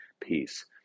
peace